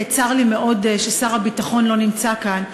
צר לי מאוד ששר הביטחון לא נמצא כאן,